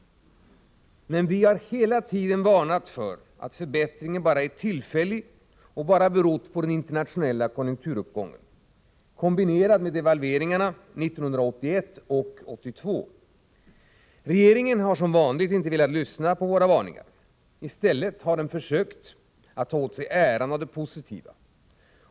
Men vi har hela tiden varnat för att förbättringen bara är tillfällig och bara berott på den internationella konjunkturuppgången kombinerad med devalveringarna 1981 och 1982. Regeringen har — som vanligt — inte velat lyssna på våra varningar. I stället har den försökt ta åt sig äran av det positiva.